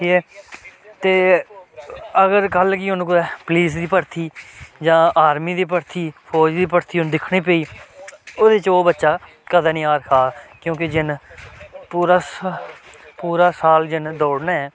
ऐ ते अगर कल गी उन्नै कुदै पुलिस दी भरथी जां आर्मी दी भरथी फोर्स दी भरथी हून दिक्खने गी पेई ओह्दे च ओह् बच्चा कदें निं हार खाह्ग क्योंकि जिन्न पूरा पूरा साल जिन्न दौड़ना ऐ